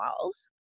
walls